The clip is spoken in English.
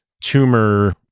tumor